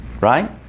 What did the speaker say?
right